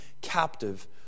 captive